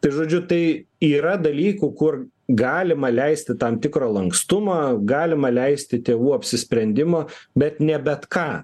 tai žodžiu tai yra dalykų kur galima leisti tam tikrą lankstumą galima leisti tėvų apsisprendimą bet ne bet ką